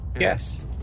Yes